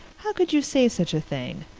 how could you say such a thing?